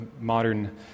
modern